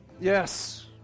Yes